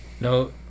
no